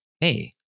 Hey